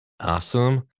Awesome